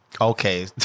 Okay